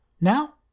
Now